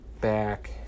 back